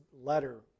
letter